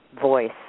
voice